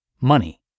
money